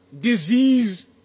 disease